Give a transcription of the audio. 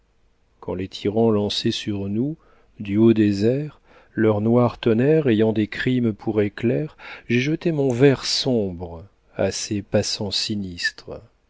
quand les tyrans lançaient sur nous du haut des airs leur noir tonnerre ayant des crimes pour éclairs j'ai jeté mon vers sombre à ces passants sinistres